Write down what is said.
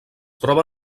troba